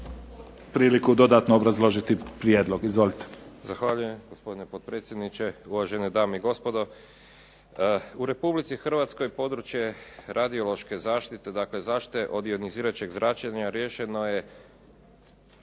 priliku dodatno obrazložiti prijedlog. Izvolite.